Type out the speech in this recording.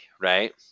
right